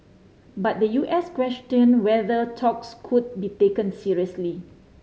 but the U S questioned whether talks could be taken seriously